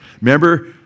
Remember